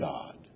God